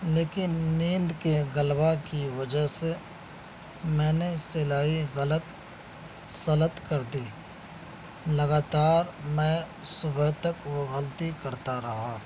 لیکن نیند کے غلبہ کی وجہ سے میں نے سلائی غلط سلط کر دی لگاتار میں صبح تک وہ غلطی کرتا رہا